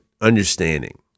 understanding